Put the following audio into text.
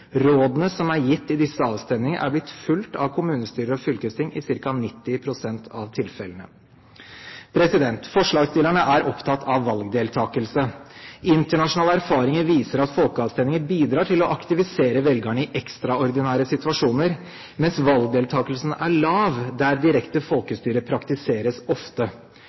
Rådene som er gitt i disse avstemningene, er blitt fulgt av kommunestyrer og fylkesting i ca. 90 pst. av tilfellene. Forslagsstillerne er opptatt av valgdeltakelse. Internasjonale erfaringer viser at folkeavstemninger bidrar til å aktivisere velgerne i ekstraordinære situasjoner, mens valgdeltakelsen er lav der direkte folkestyre praktiseres ofte.